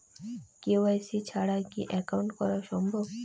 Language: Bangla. কে.ওয়াই.সি ছাড়া কি একাউন্ট করা সম্ভব?